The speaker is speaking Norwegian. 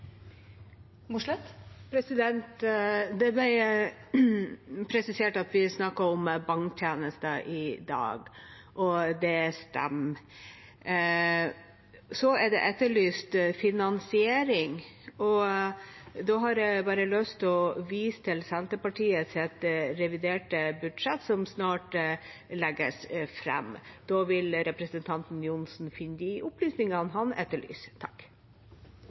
Mossleth har hatt ordet to ganger tidligere og får ordet til en kort merknad, begrenset til 1 minutt. Det ble presisert at vi snakker om banktjenester i dag, og det stemmer. Så er det etterlyst finansiering, og da har jeg bare lyst til å vise til Senterpartiets reviderte budsjett, som snart legges fram. Der vil representanten Johnsen finne